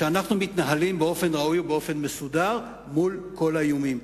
שאנחנו מתנהלים באופן ראוי ובאופן מסודר מול כל האיומים.